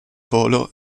volo